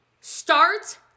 Start